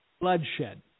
bloodshed